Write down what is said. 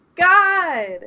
God